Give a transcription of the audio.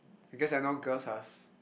because I know girls are